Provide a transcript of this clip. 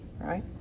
right